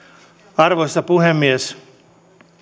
arvoisa puhemies